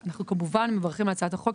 אנחנו כמובן מברכים על הצעת החוק,